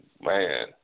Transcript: man